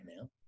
now